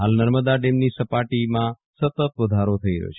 હાલ નર્મદા ડેમની સપાટીમાં સતત વધારો થઈ રહ્યો છે